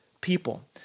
people